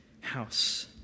house